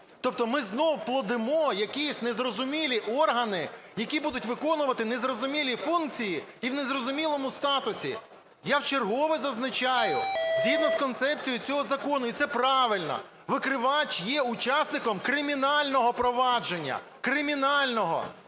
Тобто ми знову плодимо якісь незрозумілі органи, які будуть виконувати незрозумілі функції і в незрозумілому статусі. Я вчергове зазначаю, згідно з концепцією цього закону, і це правильно: викривач є учасником кримінального провадження – кримінального.